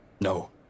No